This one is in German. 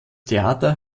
theater